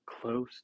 close